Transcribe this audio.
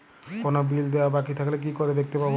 কোনো বিল দেওয়া বাকী থাকলে কি করে দেখতে পাবো?